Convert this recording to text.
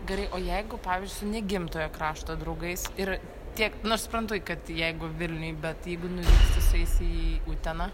gerai o jeigu pavyzdžiui ne gimtojo krašto draugais ir tiek nu aš suprantu kad jeigu vilniuj bet jeigu nuvyksti su jais į uteną